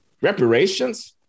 Reparations